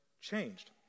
changed